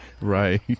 Right